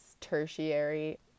tertiary